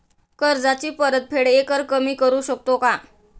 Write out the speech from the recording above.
कर्जाची परतफेड एकरकमी करू शकतो का?